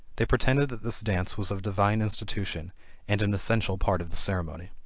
they pretended that this dance was of divine institution and an essential part of the ceremony.